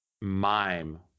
mime